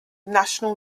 national